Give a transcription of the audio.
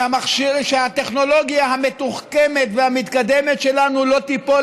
שהטכנולוגיה המתוחכמת והמתקדמת שלנו לא תיפול